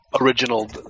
original